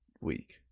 week